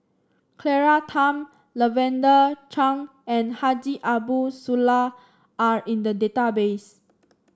Claire Tham Lavender Chang and Haji Ambo Sooloh are in the database